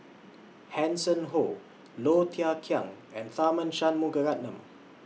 Hanson Ho Low Thia Khiang and Tharman Shanmugaratnam